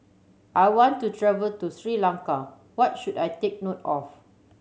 I want to travel to Sri Lanka what should I take note of